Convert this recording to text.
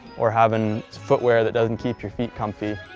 or having footwear that doesn't keep your feet comfy.